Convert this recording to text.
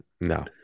No